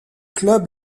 club